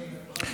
אינו נוכח,